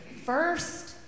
first